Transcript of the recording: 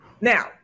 Now